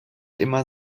immer